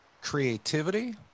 creativity